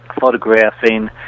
photographing